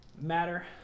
matter